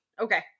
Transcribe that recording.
Okay